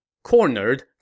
Cornered